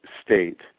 state